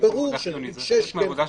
זה ברור ש-6 כן.